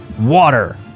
Water